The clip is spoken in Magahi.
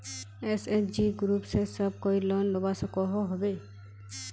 एस.एच.जी ग्रूप से सब कोई लोन लुबा सकोहो होबे?